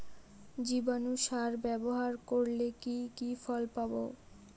জীবাণু সার ব্যাবহার করলে কি কি ফল পাবো?